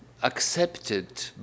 accepted